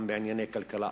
גם בענייני כלכלה,